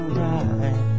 right